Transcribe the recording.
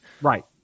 right